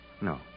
No